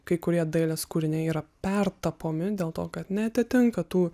kai kurie dailės kūriniai yra pertapomi dėl to kad neatitinka tų